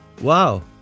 Wow